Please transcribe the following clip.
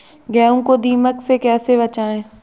गेहूँ को दीमक से कैसे बचाएँ?